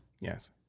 yes